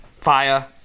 Fire